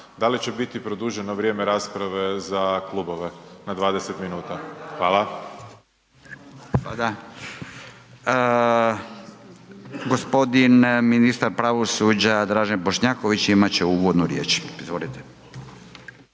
da li će biti produženo vrijeme rasprave za klubove na 20 minuta. Hvala. **Radin, Furio (Nezavisni)** …/nerazumljivo/… Gospodin ministar pravosuđa Dražen Bošnjaković imat će uvodnu riječ. Izvolite.